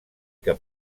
que